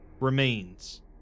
remains